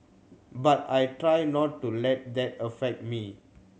but I try not to let that affect me